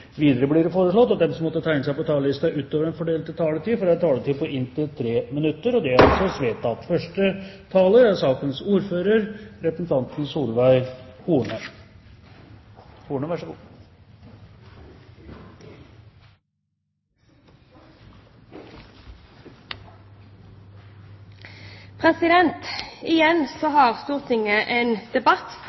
Videre blir det foreslått at de som måtte tegne seg på talerlisten utover den fordelte taletid, får en taletid på inntil 3 minutter. – Det anses vedtatt.